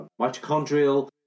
mitochondrial